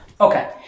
Okay